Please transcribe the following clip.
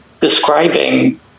describing